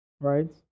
right